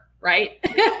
Right